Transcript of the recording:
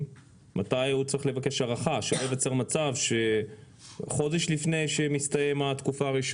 כאן אני מבקשת להוסיף: המפקח על צי התעבורה יודיע,